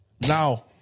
Now